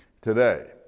today